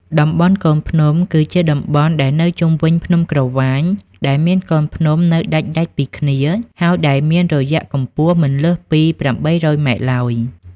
តំបន់កូនភ្នំ គឺជាតំបន់ដែលនៅជុំវិញភ្នំក្រវាញ ដែលមានកូនភ្នំ នៅដាច់ៗពីគ្នា ហើយដែលមានរយៈកំពស់មិនលើសពី ៨០០ ម៉ែត្រឡើយ ។